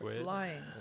Flying